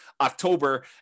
October